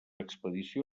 expedició